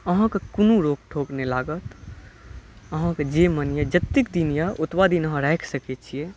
आहाँके कोनो रोक ठोक नहि लागत आहाँके जे मन यऽ जतेक दिन यऽ ओतबा दिन आहाँ राखि सकै छियै